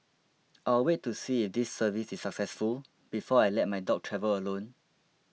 I'll wait to see if this service is successful before I let my dog travel alone